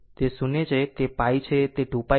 આમ તે 0 છે તે π છે તે 2 π છે